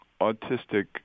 autistic